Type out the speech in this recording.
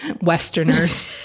Westerners